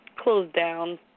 closed-down